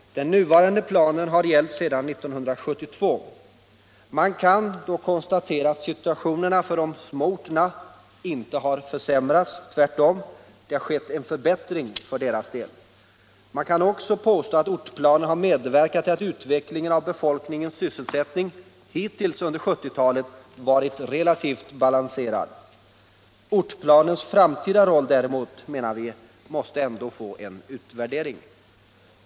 Den nuvarande planen har gällt sedan 1972. Man kan konstatera att situationen för de små orterna inte har försämrats — tvärtom, det har skett en förbättring för deras del. Man kan också påstå att ortsplanen har medverkat till att utvecklingen av befolkningens sysselsättning hittills under 1970-talet varit relativt balanserad. Ortsplanens framtida roll däremot, menar vi, måste ändå få en utvärdering.